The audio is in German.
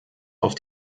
auf